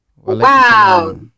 Wow